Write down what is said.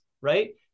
right